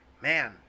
Man